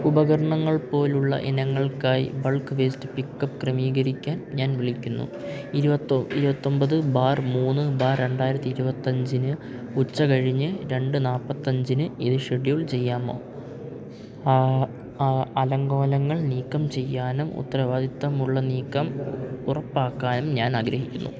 ഉപകരണങ്ങൾ പോലുള്ള ഇനങ്ങൾക്കായി ബൾക്ക് വേസ്റ്റ് പിക്കപ്പ് ക്രമീകരിക്കാൻ ഞാൻ വിളിക്കുന്നു ഇരുപത്തൊ ഇരുപത്തൊമ്പത് ബാർ മൂന്ന് ബാർ രണ്ടായിരത്തി ഇരുപത്തഞ്ചിന് ഉച്ചകഴിഞ്ഞ് രണ്ട് നാൽപ്പത്തഞ്ചിന് ഇത് ഷെഡ്യൂൾ ചെയ്യാമോ ആ അലങ്കോലങ്ങൾ നീക്കം ചെയ്യാനും ഉത്തരവാദിത്തമുള്ള നീക്കം ഉറപ്പാക്കാനും ഞാനാഗ്രഹിക്കുന്നു